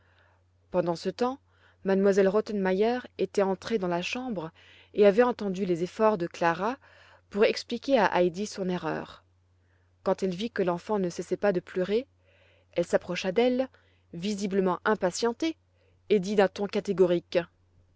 pendant ce temps m lle rottenmeier était entrée dans la chambre et avait entendu les efforts de clara pour expliquer à heidi son erreur quand elle vit que l'enfant ne cessait pas de pleurer elle s'approcha d'elle visiblement impatientée et dit d'un ton catégorique